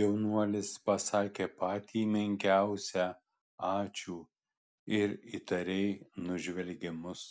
jaunuolis pasakė patį menkiausią ačiū ir įtariai nužvelgė mus